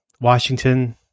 Washington